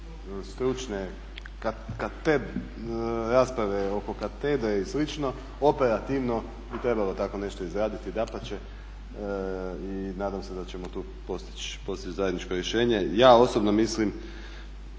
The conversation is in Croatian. stručne rasprave oko katedre i slično. Operativno bi trebalo tako nešto izraditi, dapače i nadam se da ćemo tu postići zajedničko rješenje. Ja osobno mislim